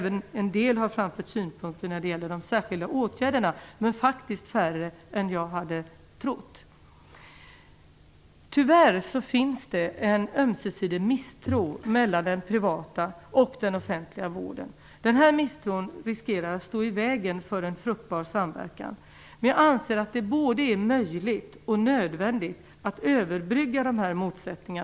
En del har även framfört synpunkter när det gäller de särskilda åtgärderna, men de är faktiskt färre än jag hade trott. Tyvärr finns det en ömsesidig misstro mellan den privata och den offentliga vården. Denna misstro riskerar att stå i vägen för en fruktbar samverkan. Men jag anser att det både är möjligt och nödvändigt att överbrygga dessa motsättningar.